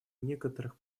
некоторых